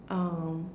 um